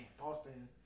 Boston